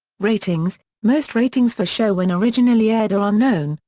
ratings most ratings for show when originally aired are unknown,